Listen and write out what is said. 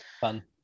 fun